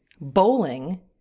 bowling